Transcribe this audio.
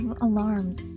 alarms